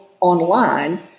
online